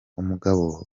umugabo